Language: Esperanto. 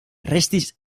restis